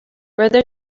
brother